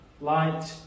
light